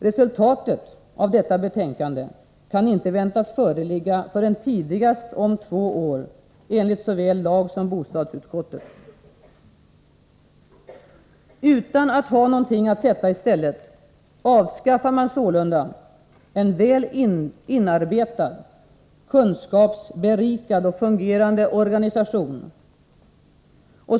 Resultatet av detta betänkande kan inte väntas föreligga förrän tidigast om två år, enligt såväl lagutskottet som bostadsutskottet. Utan att ha något att sätta i stället, avskaffar man sålunda en väl inarbetad, kunskapsberikad och fungerande organisation.